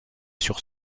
sur